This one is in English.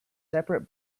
separate